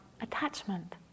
attachment